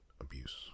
abuse